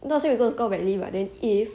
not say we gonna go badly but then if